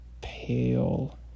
pale